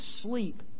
sleep